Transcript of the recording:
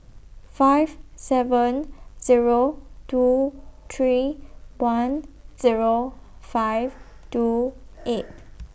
five seven Zero two three one Zero five two eight